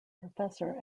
professor